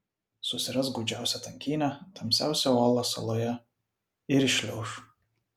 susiras gūdžiausią tankynę tamsiausią olą saloje ir įšliauš